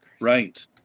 Right